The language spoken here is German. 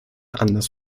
anders